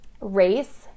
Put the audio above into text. race